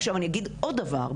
עכשיו אני אגיד עוד דבר,